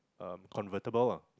um convertible ah